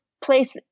place